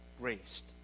graced